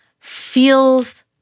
feels